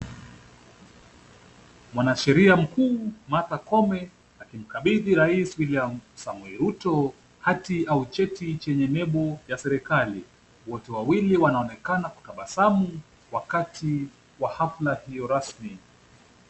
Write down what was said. Mwanasheria mkuu Martha Koome akimkabidhi rais William Samoei Ruto hati au cheti chenye nembo ya serikali. Wote wawili wanaonekana kutabasamu wakati wa hafla hiyo rasmi.